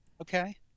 okay